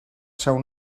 seu